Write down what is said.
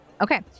Okay